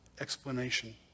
explanation